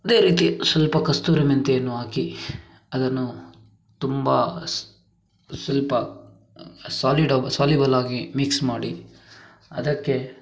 ಅದೇ ರೀತಿ ಸ್ವಲ್ಪ ಕಸೂರಿ ಮೆಂತ್ಯೆಯನ್ನು ಹಾಕಿ ಅದನ್ನು ತುಂಬ ಸ್ವಲ್ಪ ಸಾಲಿಡ್ ಆಗಿ ಸೋಲಿಬಲ್ ಆಗಿ ಮಿಕ್ಸ್ ಮಾಡಿ ಅದಕ್ಕೆ